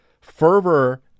Fervor